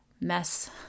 mess